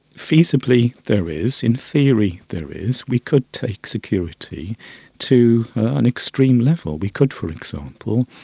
feasibly there is, in theory there is. we could take security to an extreme level, we could, for example,